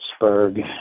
Pittsburgh